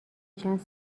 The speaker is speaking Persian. چند